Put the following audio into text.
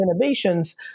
innovations